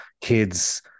kids